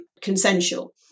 consensual